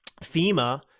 FEMA